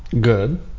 Good